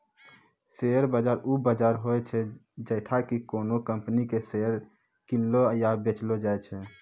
share बाजार उ बजार होय छै जैठां कि कोनो कंपनी के शेयर किनलो या बेचलो जाय छै